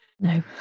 no